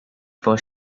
was